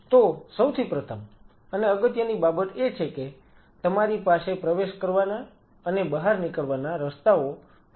તો સૌથી પ્રથમ અને અગત્યની બાબત એ છે કે તમારી પાસે પ્રવેશ કરવાના અને બહાર નીકળવાના રસ્તાઓ ખૂબ જ સ્પષ્ટ હોવા જોઈએ